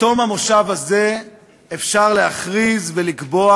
בתום המושב הזה אפשר להכריז ולקבוע